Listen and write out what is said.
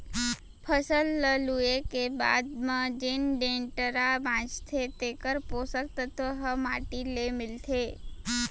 फसल ल लूए के बाद म जेन डेंटरा बांचथे तेकर पोसक तत्व ह माटी ले मिलथे